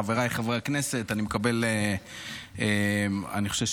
חבריי חברי הכנסת, נעבור לנושא הבא